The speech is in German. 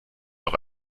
noch